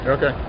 Okay